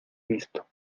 visto